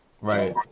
Right